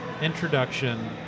introduction